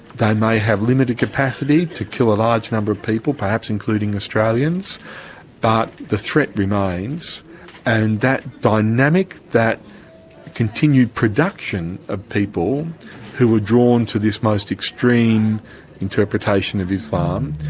may have limited capacity to kill a large number of people perhaps including australians but the threat remains and that dynamic, that continued production of people who are drawn to this most extreme interpretation of islam,